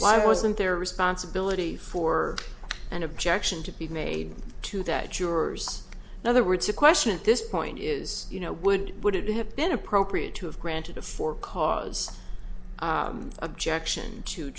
why wasn't there responsibility for an objection to be made to that jurors in other words the question at this point is you know would would it have been appropriate to have granted a for cause objection to